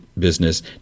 business